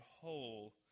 whole